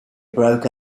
broke